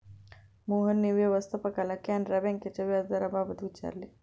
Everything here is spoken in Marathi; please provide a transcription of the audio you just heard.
मोहनने व्यवस्थापकाला कॅनरा बँकेच्या व्याजदराबाबत विचारले